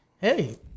Hey